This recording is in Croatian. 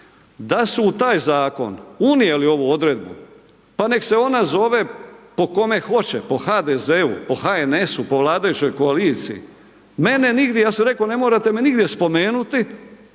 da su u taj zakon unijeli ovu odredbu, pa nek se ona zove po kome hoće, po HDZ-u, po HNS-u, po vladajućoj koaliciji, mene nigdje, ja sam rekao ne morate me nigdje spomenuti